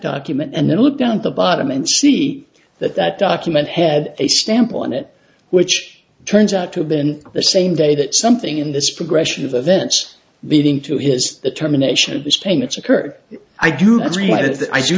document and then look down the bottom and see that that document head a stamp on it which turns out to have been the same day that something in this progression of events leading to his determination of these payments occurred i do